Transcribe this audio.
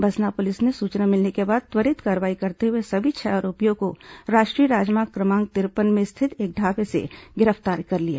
बसना police ने सूचना मिलने के बाद त्वरित कार्रवाई करते हुए सभी छह आरोपियों को राष्ट्रीय राजमार्ग क्रमांक तिरपन में स्थित एक ढाबे से गिरफ्तार कर लिया